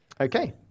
Okay